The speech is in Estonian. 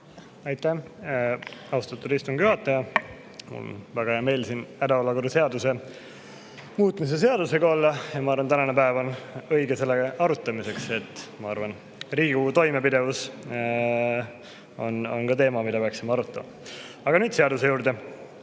Aitäh, austatud istungi juhataja! Mul on väga hea meel siin hädaolukorra seaduse muutmise seadusega olla. Ma arvan, et tänane päev on õige selle arutamiseks. Ma arvan, et Riigikogu toimepidevus on ka teema, mida me peaksime arutama. Aga nüüd seaduse juurde.